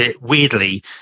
weirdly